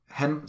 han